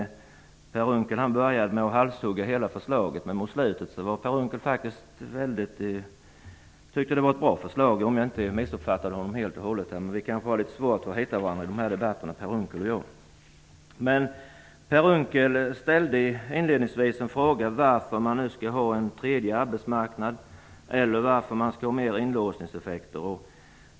Per Unckel började med att halshugga hela förslaget, men tyckte mot slutet att det var ett bra förslag, om jag inte missuppfattade honom helt och hållet. Vi kanske har litet svårt att hitta varandra i de här debatterna, Per Unckel och jag. Per Unckel ställde inledningsvis frågan varför man skall ha en tredje arbetsmarknad, eller mer inlåsningseffekter.